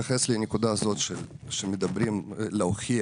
אני רוצה להתייחס לנקודה הזאת שמדברים על שצריך להוכיח